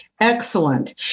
excellent